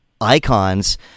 icons